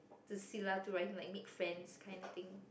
to like make friends kind of thing